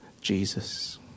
Jesus